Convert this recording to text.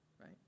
right